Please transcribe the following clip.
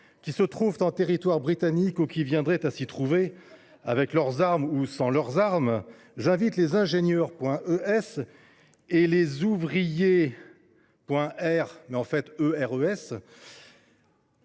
qui se trouvent en territoire britannique ou qui viendraient à s’y trouver, avec leurs armes ou sans leurs armes, j’invite les “ingénieur·e·s” et les “ouvrier·e·s”